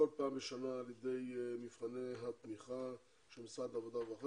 כל פעם בשנה על ידי מפעלי התמיכה של משרד העבודה והרווחה.